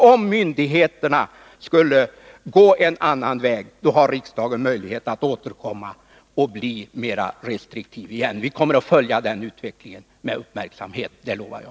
Om myndigheterna skulle gå en annan väg, har riksdagen möjlighet att återkomma och bli mera restriktiv igen. Vi kommer att följa utvecklingen med uppmärksamhet, det lovar jag.